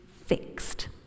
fixed